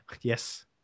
Yes